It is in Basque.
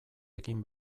egin